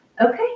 Okay